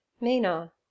Mina